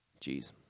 Jeez